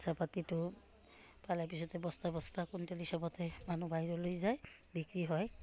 চাহপাতটো পালে পিছতে বস্তা বস্তা কুইণ্টেল হিচাবতে মানুহ বাহিৰলৈ যায় বিক্ৰী হয়